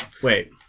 Wait